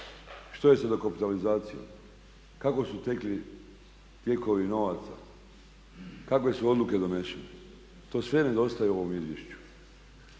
Što je sa dokapitalizacijom? Kako su tekli tijekovi novaca? Kakve su odluke donesene? To sve nedostaje u ovom izvješću.